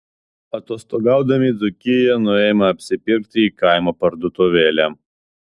atostogaudami dzūkijoje nuėjome apsipirkti į kaimo parduotuvėlę